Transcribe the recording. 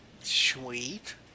Sweet